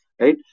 right